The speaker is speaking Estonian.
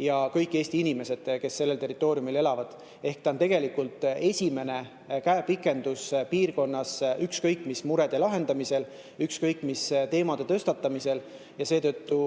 ja kõik Eesti inimesed, kes sellel territooriumil elavad. Ta on tegelikult esimene käepikendus piirkonnas ükskõik mis murede lahendamisel, ükskõik mis teemade tõstatamisel. Seetõttu